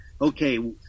Okay